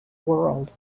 world